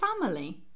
family